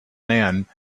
man